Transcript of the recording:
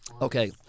Okay